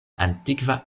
antikva